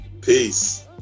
Peace